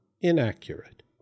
inaccurate